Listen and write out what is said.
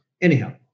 anyhow